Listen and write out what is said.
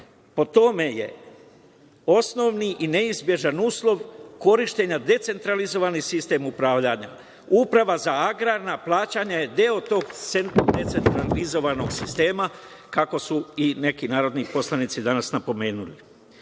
Po tome je osnovni i neizbežan uslov korišćenja decentralizovani sistem upravljanja. Uprava za agrarna plaćanja je deo tog decentralizovanog sistema, kako su i neki narodni poslanici danas napomenuli. Interne